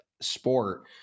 sport